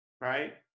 right